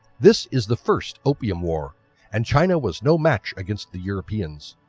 this is the first opium war and china was no match against the europeans.